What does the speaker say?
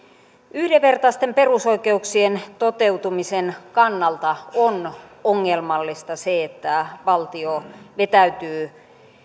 yhdenvertaisten perusoikeuksien toteutumisen kannalta on ongelmallista se että valtio vetäytyy